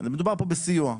מדובר פה בסיוע.